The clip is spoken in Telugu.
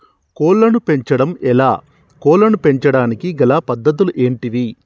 కోళ్లను పెంచడం ఎలా, కోళ్లను పెంచడానికి గల పద్ధతులు ఏంటివి?